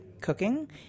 cooking